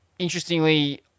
interestingly